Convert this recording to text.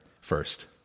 first